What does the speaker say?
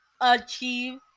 achieve